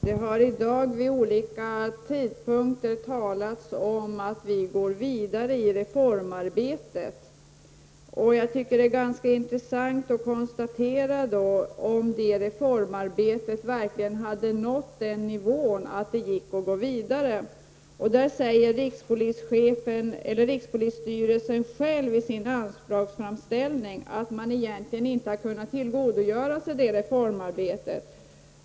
Herr talman! Det har i dag vid olika tidpunkter talats om att vi går vidare i reformarbetet. Det är då ganska intressant att konstatera vad som sägs i diskussionen om reformarbetet och om detta nått en nivå som innebär att man kan gå vidare. Där säger rikspolisstyrelsen själv i sin anslagsframställning att man egentligen inte har kunnat tillgodogöra sig det reformarbetet.